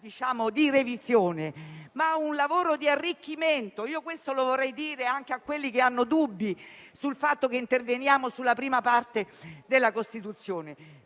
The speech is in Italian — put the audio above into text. lavoro di revisione, ma di arricchimento. Questo lo vorrei dire anche a quelli che hanno dubbi sul fatto che interveniamo sulla prima parte della Costituzione.